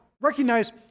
recognize